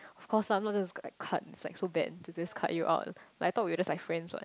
of course lah I'm not just like cut it's like so bad to just cut you out like I thought we're just like friends what